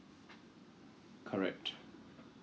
correct